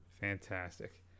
Fantastic